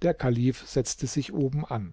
der kalif setzte sich oben an